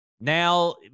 now